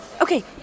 Okay